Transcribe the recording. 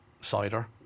cider